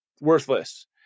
Worthless